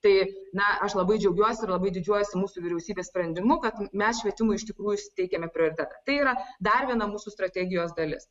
tai na aš labai džiaugiuosi ir labai didžiuojuosi mūsų vyriausybės sprendimu kad mes švietimui iš tikrųjų teikiame prioritetą tai yra dar viena mūsų strategijos dalis